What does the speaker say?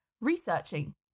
researching